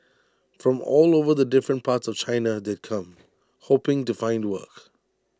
from all over the different parts of China they'd come hoping to find work